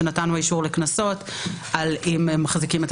שבהם נתנו אישור לקנסות אם מחזיקים את